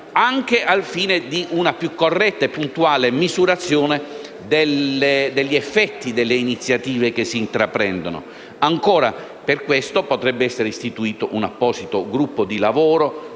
anche al fine di una più corretta e puntuale misurazione degli effetti delle iniziative intraprese. Per questo potrebbe essere istituito un apposito gruppo di lavoro